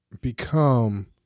become